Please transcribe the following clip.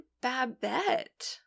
Babette